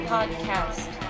Podcast